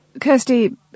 Kirsty